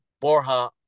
Borja